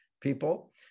people